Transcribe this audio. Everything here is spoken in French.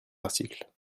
article